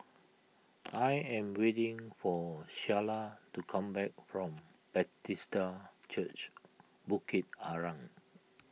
I am waiting for Shayla to come back from Bethesda Church Bukit Arang